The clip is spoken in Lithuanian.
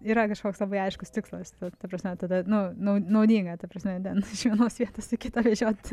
yra kažkoks labai aiškus tikslas ta ta prasme tada nu nu naudinga ta prasme ten iš vienos vietos į kitą vežioti